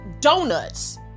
donuts